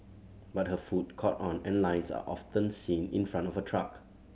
but her food caught on and lines are often seen in front of her truck